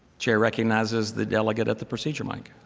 chair recognizes the delegate at the procedure mic.